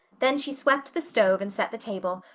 then she swept the stove and set the table,